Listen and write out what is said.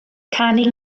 canu